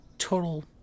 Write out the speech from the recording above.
Total